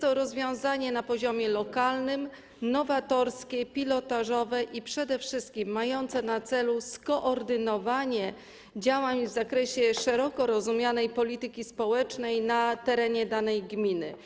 Jest to rozwiązanie na poziomie lokalnym, nowatorskie, pilotażowe i przede wszystkim mające na celu skoordynowanie działań w zakresie szeroko rozumianej polityki społecznej na terenie danej gminy.